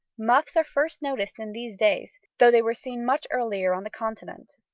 muffs are first noticed in these days, though they were seen much earlier on the continent.